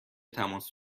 تماس